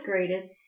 Greatest